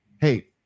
hey